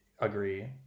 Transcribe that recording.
agree